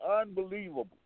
unbelievable